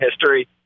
history